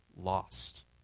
lost